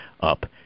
up